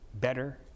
better